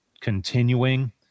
continuing